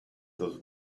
those